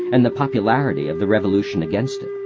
and the popularity of the revolution against it,